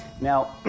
Now